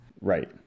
right